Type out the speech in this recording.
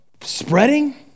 spreading